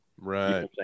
Right